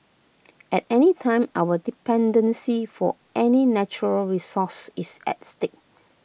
at any time our dependency for any natural resource is at stake